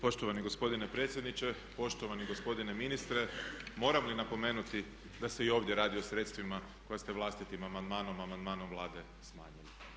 Poštovani gospodine predsjedniče, poštovani gospodine ministre moram li napomenuti da se i ovdje radi o sredstvima koja ste vlastitim amandmanom, amandmanom Vlade smanjili?